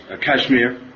Kashmir